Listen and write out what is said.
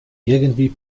irgendwie